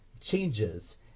changes